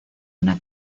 una